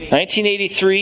1983